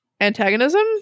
antagonism